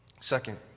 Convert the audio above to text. Second